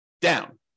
down